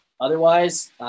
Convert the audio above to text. Otherwise